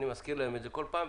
ואני מזכיר להם את זה כל פעם.